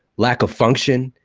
lack of function.